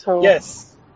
Yes